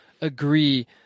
agree